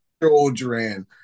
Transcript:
children